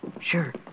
Sure